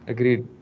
Agreed